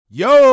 yo